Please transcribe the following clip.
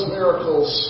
miracles